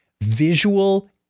visual